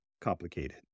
complicated